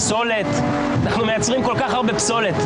כי אנחנו מגדרים ומחנכים את הציבור,